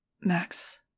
Max